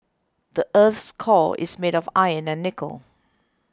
the earth's core is made of iron and nickel